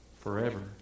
forever